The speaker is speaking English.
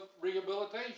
rehabilitation